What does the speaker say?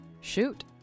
Shoot